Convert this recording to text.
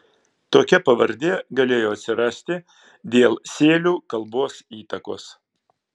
tokia pavardė galėjo atsirasti dėl sėlių kalbos įtakos